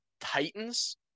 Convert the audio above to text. Titans